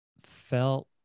felt